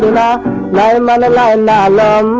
la la la la la la la